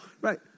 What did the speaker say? Right